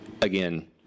again